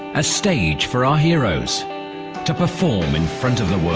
a stage for our heroes to perform in front of the world,